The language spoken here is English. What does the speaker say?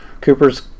Cooper's